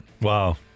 Wow